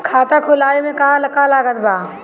खाता खुलावे मे का का लागत बा?